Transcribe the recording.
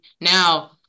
now